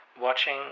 Watching